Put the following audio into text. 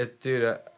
dude